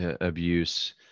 abuse